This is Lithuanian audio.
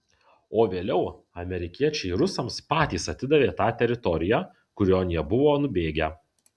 o vėliau amerikiečiai rusams patys atidavė tą teritoriją kurion jie buvo nubėgę